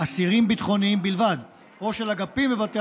אסירים ביטחוניים בלבד או של אגפים בבתי